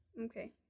Okay